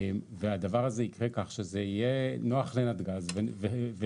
הדבר הזה יקרה כך שזה יהיה נוח לנתג"ז וטוב